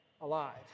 alive